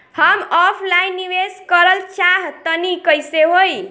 हम ऑफलाइन निवेस करलऽ चाह तनि कइसे होई?